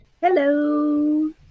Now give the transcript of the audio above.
Hello